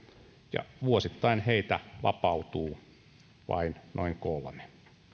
ja vuosittain heitä vapautuu vain noin kolme